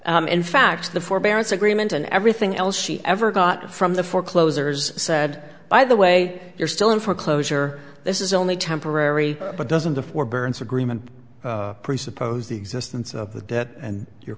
debt in fact the forbearance agreement and everything else she ever got from the four closers said by the way you're still in foreclosure this is only temporary but doesn't the forbearance agreement presuppose the existence of that and you